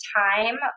time